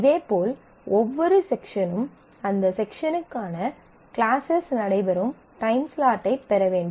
இதேபோல் ஒவ்வொரு செக்ஷனும் அந்த செக்ஷனுக்கான கிளாஸ்ஸஸ் நடைபெறும் டைம்ஸ்லாட் ஐப் பெற வேண்டும்